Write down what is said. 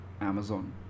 Amazon